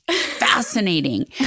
fascinating